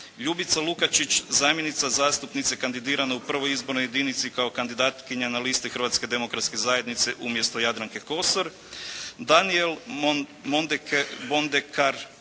Ljubica Lukačić zamjenica zastupnice kandidirana u I. izbornoj jedinici kao kandidatkinja na listi Hrvatske demokratske zajednice umjesto Jadranke Kosor, Danijel Mondekar